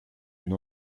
une